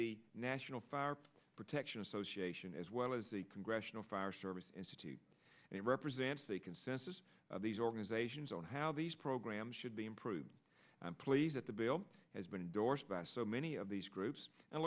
the national fire protection association as well as the congressional fire service institute and it represents a consensus of these organizations on how these programs should be improved i'm pleased at the bill has been dorst by so many of these groups and